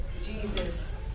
Jesus